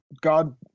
God